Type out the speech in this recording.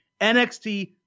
NXT